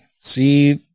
See